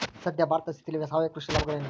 ಸದ್ಯ ಭಾರತದ ಸ್ಥಿತಿಯಲ್ಲಿ ಸಾವಯವ ಕೃಷಿಯ ಲಾಭಗಳೇನು?